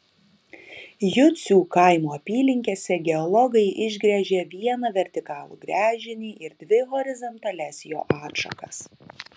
jucių kaimo apylinkėse geologai išgręžė vieną vertikalų gręžinį ir dvi horizontalias jo atšakas